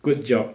good job